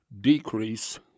decrease